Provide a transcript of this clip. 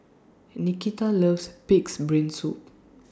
Nikita loves Pig'S Brain Soup